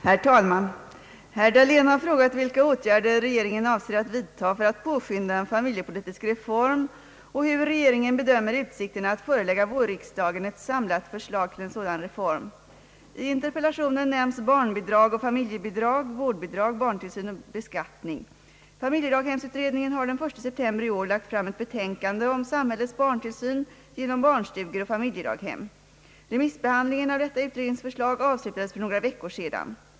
Herr talman! Herr Dahlén har frågat vilka åtgärder regeringen avser att vidta för att påskynda en familjepolitisk reform och hur regeringen bedömer utsikterna att förelägga vårriksdagen ett samlat förslag till en sådan reform. I interpellationen nämns barnbidrag och familjebidrag, vårdbidrag, barntillsyn och beskattning. Familjedaghemsutredningen har den 1 september i år lagt fram ett betänkande om samhällets barntillsyn genom barnstugor och familjedaghem. Remissbehandlingen av detta utredningsförslag avslutades för några veckor sedan.